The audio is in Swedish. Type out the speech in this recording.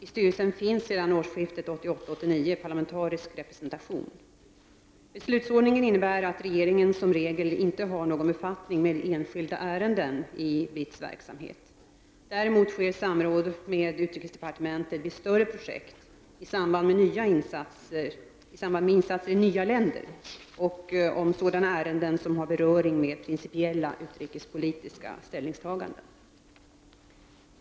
I styrelsen finns sedan årsskiftet 1988-89 parlamentarisk representation. Beslutsordningen innebär att regeringen som regel inte har någon befattning med enskilda ärenden i BITS verksamhet. Däremot sker samråd med utrikesdepartementet vid större projekt, i samband med insatser i nya länder och om sådana ärenden som har beröring med principiella utrikespolitiska ställnigstaganden.